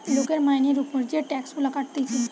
লোকের মাইনের উপর যে টাক্স গুলা কাটতিছে